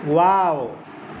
wow